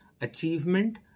achievement